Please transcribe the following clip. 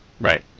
Right